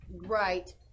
right